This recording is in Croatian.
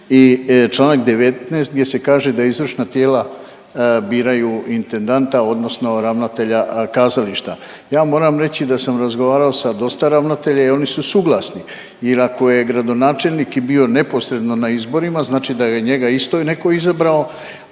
I Članak 19. gdje se kaže da izvršna tijela biraju intendanta odnosno ravnatelja kazališta. Ja vam moram reći da sam razgovarao sa dosta ravnatelja i oni su suglasni jer ako je gradonačelnik i bio neposredno na izborima znači da je njega isto netko izabrao,